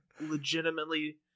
legitimately